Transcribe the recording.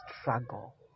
struggle